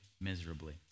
miserably